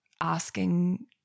asking